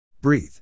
Breathe